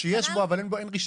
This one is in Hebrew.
שיש בו אבל אין רישיון.